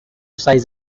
size